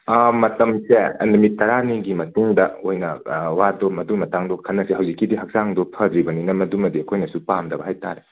ꯑꯥ ꯃꯇꯝꯁꯦ ꯅꯨꯃꯤꯠ ꯇꯔꯥꯅꯤꯒꯤ ꯃꯇꯨꯡꯗ ꯑꯣꯏꯅ ꯋꯥꯗꯣ ꯃꯗꯨ ꯃꯇꯥꯡꯗꯣ ꯈꯟꯅꯁꯤ ꯍꯧꯖꯤꯛꯀꯤꯗꯤ ꯍꯛꯆꯥꯡꯗꯤ ꯐꯗ꯭ꯔꯤꯕꯅꯤꯅ ꯃꯗꯨꯃꯗꯤ ꯑꯩꯈꯣꯏꯅꯁꯨ ꯄꯥꯝꯗꯕ ꯍꯥꯏꯇꯥꯔꯦ